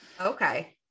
okay